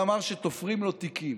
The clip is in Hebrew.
ואמר שתופרים לו תיקים.